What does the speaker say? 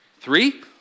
Three